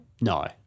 No